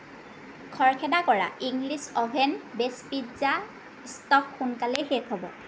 খৰখেদা কৰা English oven base পিজ্জাৰ ষ্টক সোনকালেই শেষ হ'ব